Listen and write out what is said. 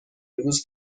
روز